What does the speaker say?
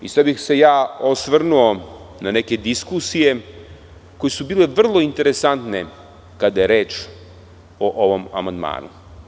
Isto bih se ja osvrnuo na neke diskusije koje su bile vrlo interesantne kada je reč o ovom amandmanu.